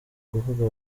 kuvuga